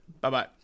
Bye-bye